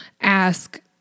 ask